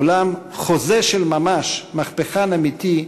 אולם חוזה של ממש, מהפכן אמיתי,